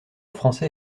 français